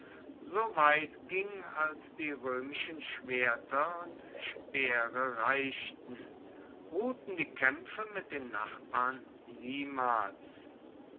so weit ging als die römischen schwerter und speere reichten ruhten die kämpfe mit den nachbarn niemals